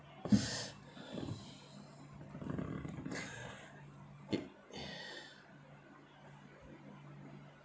it